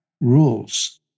rules